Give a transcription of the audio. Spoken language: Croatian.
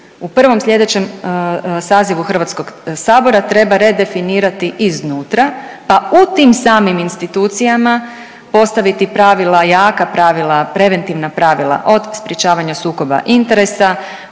u prvom sljedećem sazivu Hrvatskog sabora treba redefinirati iznutra, pa u tim samim institucijama postaviti pravila, jaka pravila preventivna pravila od sprječavanja sukoba interesa,